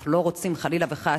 אנחנו לא רוצים, חלילה וחס,